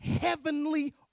heavenly